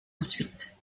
ensuite